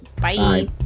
Bye